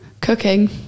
cooking